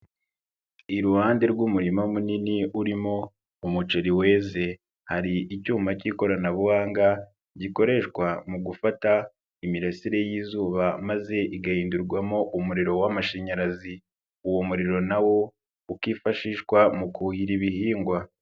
Iruhande rw'umurima munini urimo umuceri weze, hari icyuma cy'ikoranabuhanga gikoreshwa mu gufata imirasire y'izuba maze igahindurwamo umuriro w'amashanyarazi, uwo muriro na wo ukifashishwa mu kuhira ibihingwa.